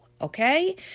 Okay